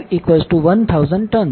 051000 turns